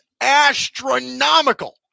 astronomical